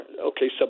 okay